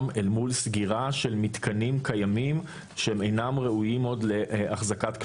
אל מול סגירה של מתקנים קיימים שאינם ראויים עוד להחזקת כלואים.